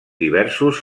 diversos